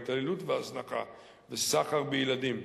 התעללות והזנחה וסחר בילדים.